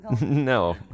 No